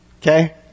okay